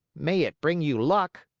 may it bring you luck!